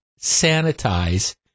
sanitize